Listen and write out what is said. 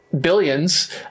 billions